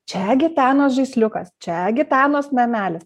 čia gitanos žaisliukas čia gitanos namelis